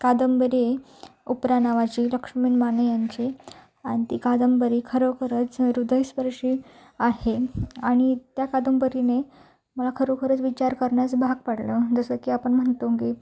कादंबरी आहे उपरा नावाची लक्ष्मन माने यांची आणि ती कादंबरी खरोखरच हृदयस्पर्शी आहे आणि त्या कादंबरीने मला खरोखरच विचार करण्यास भाग पाडलं जसं की आपण म्हणतो की